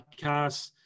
podcasts